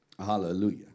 Hallelujah